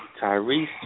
Tyrese